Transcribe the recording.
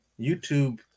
youtube